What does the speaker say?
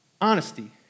honesty